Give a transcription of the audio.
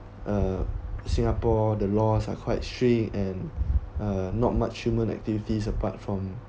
uh singapore the laws are quite strict and uh not much human activities apart from